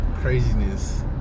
Craziness